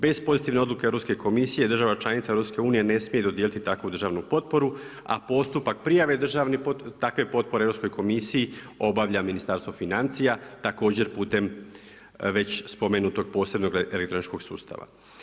Bez pozitivne odluke Europske komisije država članica EU ne smije dodijeliti takvu državnu potporu, a postupak prijave takve potpore Europskoj komisiji obavlja Ministarstvo financija također putem već spomenutog posebnog elektroničkog sustava.